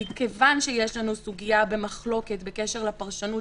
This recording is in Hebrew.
מכיוון שיש לנו סוגיה במחלוקת בקשר לפרשנות